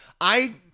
I-